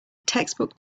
textbook